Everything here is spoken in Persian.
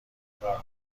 کار